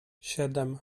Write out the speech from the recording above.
siedem